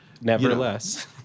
Nevertheless